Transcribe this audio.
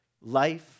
Life